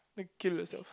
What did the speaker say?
then kill yourself